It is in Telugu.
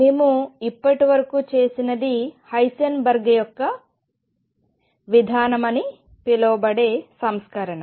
మేము ఇప్పటివరకు చేసినది హైసెన్బర్గ్ యొక్క విధానం అని పిలువబడే సంస్కరణ